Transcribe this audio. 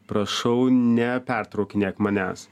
prašau nepertraukinėk manęs